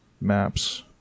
maps